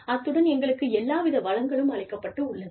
அத்துடன் எங்களுக்கு எல்லா வித வளங்களும் அளிக்கப்பட்டுள்ளது